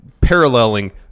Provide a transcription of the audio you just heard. Paralleling